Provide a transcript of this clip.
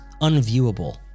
unviewable